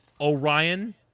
Orion